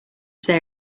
say